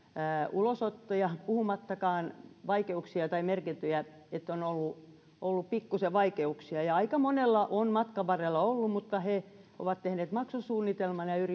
ulosottoja puhumattakaan vaikeuksista tai merkinnöistä että on ollut ollut pikkuisen vaikeuksia aika monella on matkan varrella ollut mutta he ovat tehneet maksusuunnitelman ja